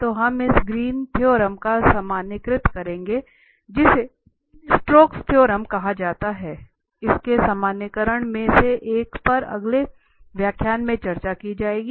तो हम इस ग्रीन थ्योरम को सामान्यीकृत करेंगे जिसे स्टोक्स थ्योरम कहा जाता है इसके सामान्यीकरण में से एक पर अगले व्याख्यान में चर्चा की जाएगी